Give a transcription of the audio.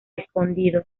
escondido